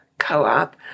co-op